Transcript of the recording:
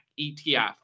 ETF